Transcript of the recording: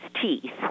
teeth